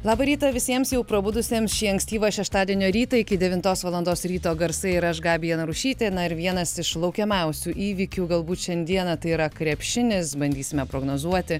labą rytą visiems jau prabudusiems šį ankstyvą šeštadienio rytą iki devintos valandos ryto garsai ir aš gabija narušytė na ir vienas iš laukiamiausių įvykių galbūt šiandieną tai yra krepšinis bandysime prognozuoti